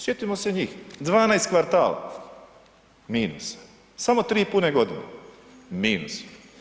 Sjetimo se njih, 12 kvartala minusa, samo tri pune godine, minus.